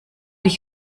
ich